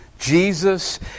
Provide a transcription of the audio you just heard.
Jesus